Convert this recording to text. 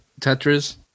Tetris